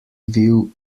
view